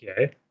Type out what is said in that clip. Okay